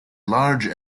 large